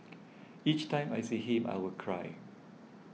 each time I see him I will cry